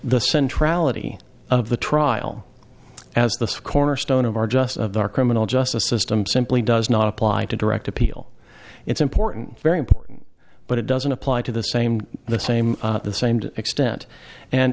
the central of the trial as the cornerstone of our just of our criminal justice system simply does not apply to direct appeal it's important very important but it doesn't apply to the same the same the same extent and